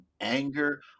anger